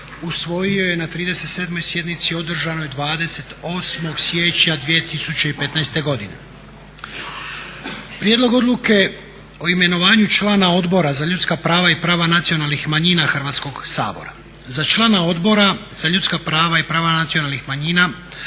usvojio je na 37. sjednici održanoj 28. siječnja 2015. godine. Prijedlog odluke o imenovanju člana Odbora za ljudska prava i prava nacionalnih manjina Hrvatskog sabora. Za člana Odbora za ljudska prava i prava nacionalnih manjina